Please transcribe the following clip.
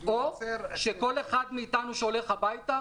או שכל אחד מאתנו שהולך הביתה,